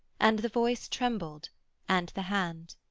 and the voice trembled and the hand.